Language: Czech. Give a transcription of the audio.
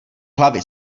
hlavy